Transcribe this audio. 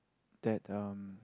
that um